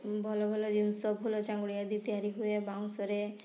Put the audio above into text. ଭଲ ଭଲ ଜିନିଷ ଫୁଲ ଚାଙ୍ଗୁଡ଼ି ଆଦି ତିଆରି ହୁଏ ବାଉଁଶରେ